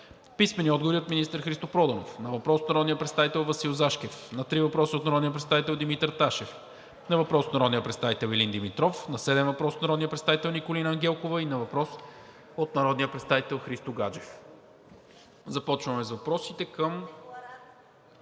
Христо Гаджев; - министър Христо Проданов на въпрос от народния представител Васил Зашкев; на три въпроса от народния представител Димитър Ташев; на въпрос от народния представител Илин Димитров; на седем въпроса от народния представител Николина Ангелкова; на въпрос от народния представител Христо Гаджев. Започваме с въпросите към…